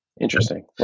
Interesting